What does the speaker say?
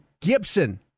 Gibson